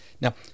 Now